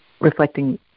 reflecting